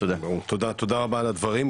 תודה רבה על הדברים.